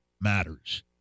matters